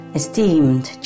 esteemed